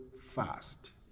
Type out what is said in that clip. fast